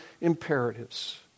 imperatives